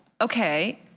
okay